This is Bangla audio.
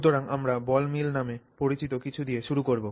সুতরাং আমরা বল মিল নামে পরিচিত কিছু দিয়ে শুরু করব